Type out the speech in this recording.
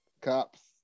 Cops